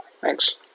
Thanks